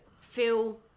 feel